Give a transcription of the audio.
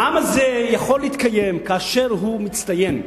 העם הזה יכול להתקיים כאשר הוא מצטיין,